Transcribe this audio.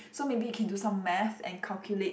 so maybe you can do some math and calculate